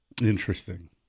Interesting